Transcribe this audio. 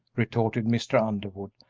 retorted mr. underwood,